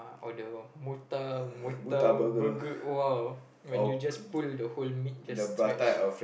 order one murta murta burger !wow! when you just pull the whole meat just stretch